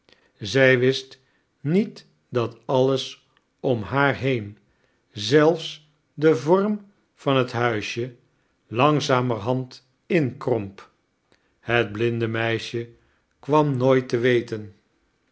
zij wist niet dat alles om haar heein zelfs de vorm van het huisje langzamerhand inkromp het blinde meisje kwam nooit te weten